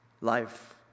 life